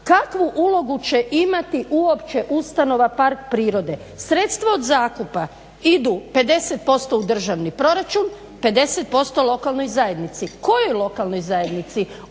Kakvu ulogu će imati uopće ustanova park prirode? Sredstva od zakupa idu 50% u državni proračun, 50% lokalnoj zajednici. Kojoj lokalnoj zajednici?